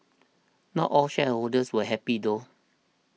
not all shareholders were happy though